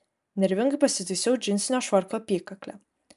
nervingai pasitaisiau džinsinio švarko apykaklę